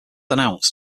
announced